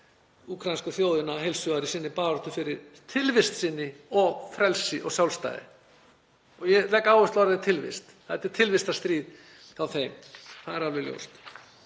úkraínsku þjóðina heils hugar í sinni baráttu fyrir tilvist sinni og frelsi og sjálfstæði. Ég legg áherslu á orðið tilvist. Þetta er tilvistarstríð hjá þeim. Það er alveg ljóst.